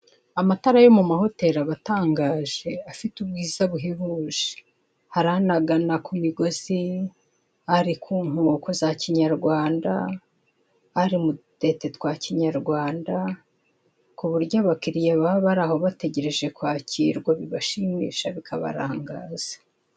Amatara yo mu mahoteri aba atangaje afite ubwiza buhebuje, hari anagana ku migozi, ari ku nkoko za kinyarwanda, ari mu dutete twa kinyarwanda, kuburyo abakiriya baba bari aho bategereje kwakirwa bibashimisha bikabarangaza.